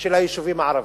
של היישובים הערביים,